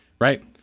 right